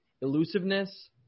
elusiveness